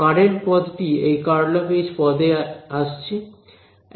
current পদটি এই ∇× H পদে আসছে